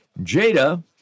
Jada